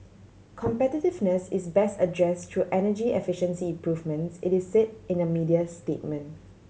competitiveness is best address through energy efficiency improvements it is say in a media statement